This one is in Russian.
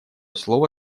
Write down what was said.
слово